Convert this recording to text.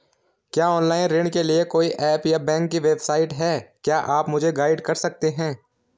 क्या ऑनलाइन ऋण के लिए कोई ऐप या बैंक की वेबसाइट है क्या आप मुझे गाइड कर सकते हैं?